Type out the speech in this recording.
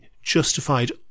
justified